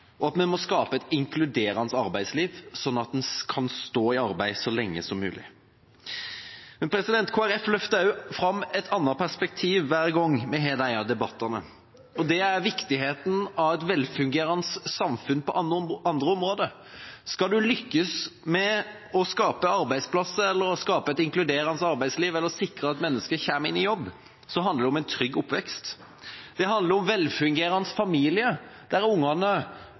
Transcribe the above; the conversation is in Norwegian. arbeidslivet, at vi må trygge arbeidsplassene, og at vi må skape et inkluderende arbeidsliv, sånn at en kan stå i arbeid så lenge som mulig. Kristelig Folkeparti løfter også fram et annet perspektiv hver gang vi har disse debattene, og det er viktigheten av et velfungerende samfunn på andre områder. Skal en lykkes med å skape arbeidsplasser eller skape et inkluderende arbeidsliv eller sikre at mennesker kommer i jobb, så handler det om en trygg oppvekst. Det handler om velfungerende familier der ungene